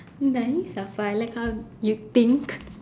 nice afar I like how you think